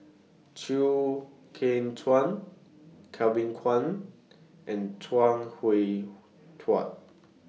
Chew Kheng Chuan Kevin Kwan and Chuang Hui Tsuan